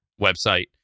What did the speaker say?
website